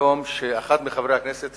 אני שמעתי היום שאחד מחברי הכנסת